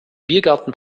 biergarten